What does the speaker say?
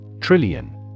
Trillion